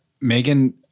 Megan